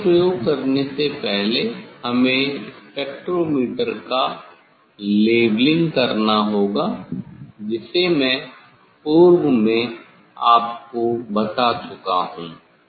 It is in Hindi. आगे प्रयोग करने से पहले हमें स्पेक्ट्रोमीटर का लेवलिंग करना होगा जिसे मैं पूर्व में आपको बता चुका हूं